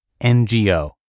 NGO